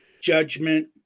judgment